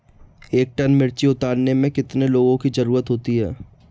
एक टन मिर्ची उतारने में कितने लोगों की ज़रुरत होती है?